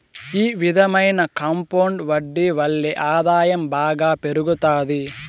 ఈ విధమైన కాంపౌండ్ వడ్డీ వల్లే ఆదాయం బాగా పెరుగుతాది